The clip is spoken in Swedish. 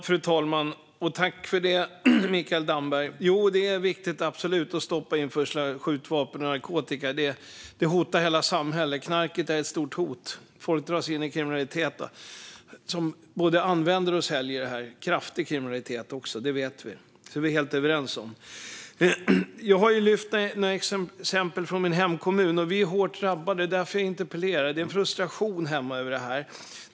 Fru talman! Det är absolut viktigt att stoppa införsel av skjutvapen och narkotika. Det hotar hela samhället. Knarket är ett stort hot. Folk dras in i kriminalitet, både användare och säljare, också kraftig kriminalitet. Detta vet vi, och det är vi helt överens om. Jag har lyft upp några exempel från min hemkommun, där vi är hårt drabbade. Det är därför jag interpellerar. Det finns en frustration hemma över detta.